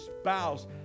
spouse